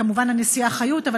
וכמובן הנשיאה חיות,